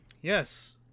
Yes